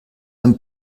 ein